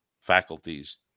faculties